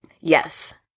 Yes